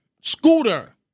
scooter